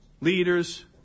leaders